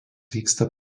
vyksta